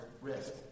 risk